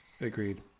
Agreed